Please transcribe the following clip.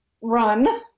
run